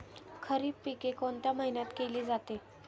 खरीप पिके कोणत्या महिन्यात केली जाते?